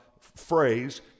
phrase